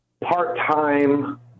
part-time